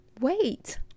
Wait